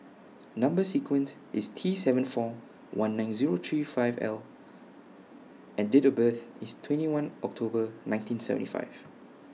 Number sequence IS T seven four one nine Zero three five L and Date of birth IS twenty one October nineteen seventy five